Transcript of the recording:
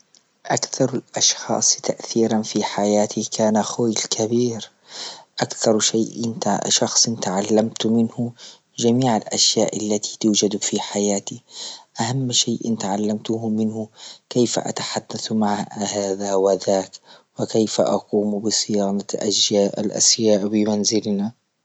أكثر لأشخاص تأثيرا في حياتي كان أخوي الكبير أكثر شيء كشخص تعلمت منه جميع لأشياء التي توجد في حياتي، أهم شيء تعلمته منه كيف أتحدث مع هذا وذاك، وكيف أقوم بصيانة أجياء الأسياء بمنزلنا.